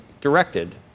directed